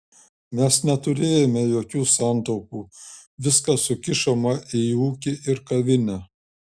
mes neturėjome jokių santaupų viską sukišome į ūkį ir kavinę